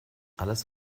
alles